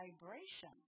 vibration